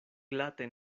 glate